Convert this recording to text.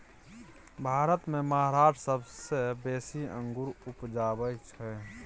भारत मे महाराष्ट्र सबसँ बेसी अंगुर उपजाबै छै